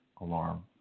alarm